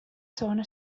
segona